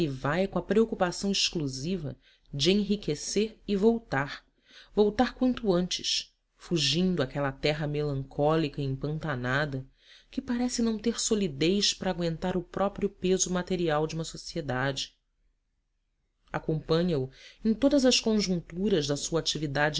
vai com a preocupação exclusiva de enriquecer e voltar voltar quanto antes fugindo àquela terra melancólica e empantanada que parece não ter solidez para agüentar o próprio peso material de uma sociedade acompanha-o em todas as conjunturas da sua atividade